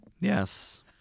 Yes